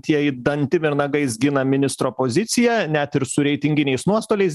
tieji dantim ir nagais gina ministro poziciją net ir su reitinginiais nuostoliais